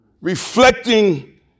reflecting